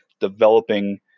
developing